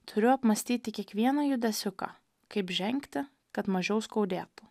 turiu apmąstyti kiekvieną judesiuką kaip žengti kad mažiau skaudėtų